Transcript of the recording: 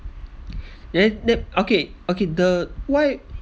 then the okay okay the why